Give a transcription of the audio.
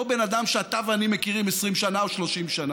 בן אדם שאתה ואני מכירים 20 או 30 שנה.